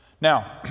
now